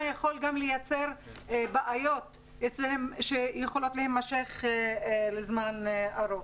יכול ליצור אצלם בעיות שיכולות להימשך זמן ארוך.